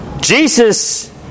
Jesus